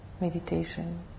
meditation